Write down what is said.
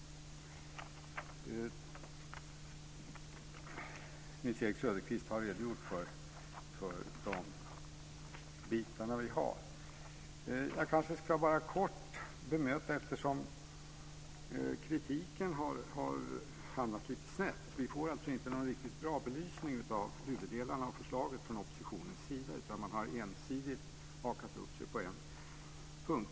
Nils-Erik Söderqvist har redogjort för dessa bitar. Jag ska kort bemöta kritiken - som har hamnat lite snett. Vi får inte någon riktigt bra belysning av huvuddelarna av förslaget från oppositionens sida. Man har ensidigt hakat upp sig på en punkt.